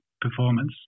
performance